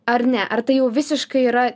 ar ne ar tai jau visiškai yra